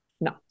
No